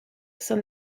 son